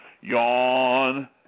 yawn